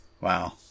Wow